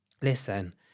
listen